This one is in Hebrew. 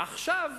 עכשיו,